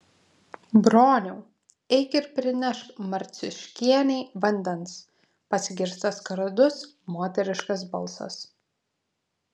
broniau eik ir prinešk marciuškienei vandens pasigirsta skardus moteriškas balsas